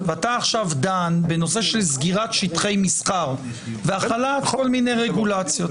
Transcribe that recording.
ואתה עכשיו דן בנושא של סגירת שטחי מסחר והחלה על כל מיני רגולציות,